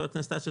חבר הכנסת אשר,